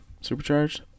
Supercharged